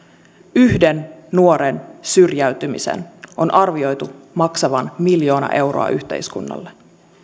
yhden nuoren syrjäytymisen on arvioitu maksavan miljoona euroa yhteiskunnalle